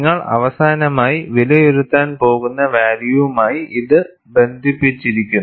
നിങ്ങൾ അവസാനമായി വിലയിരുത്താൻ പോകുന്ന വാല്യൂവുമായി ഇത് ബന്ധിപ്പിച്ചിരിക്കുന്നു